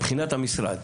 מבחינת המשרד.